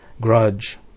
grudge